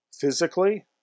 physically